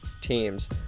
teams